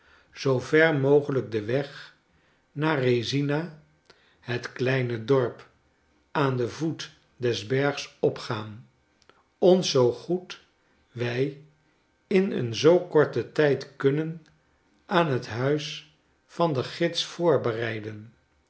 zoo ver mogelijk den weg naar r e s i n a het kleine dorp aan den voet des bergs opgaan ons zoo goed wij in een zoo korten tijd kunnen aan het huis van den gids voorbereiden